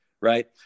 right